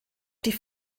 die